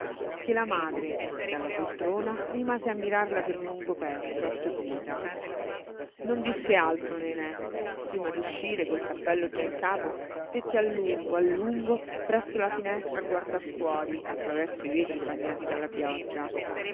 che la madre dalla poltrona rimase a mirarla per un lungo pezzo atterrita non disse altro nené prima d'uscire col cappello già in capo stette a lungo a lungo presso la finestra a guardar fuori attraverso i vetri bagnati dalla pioggia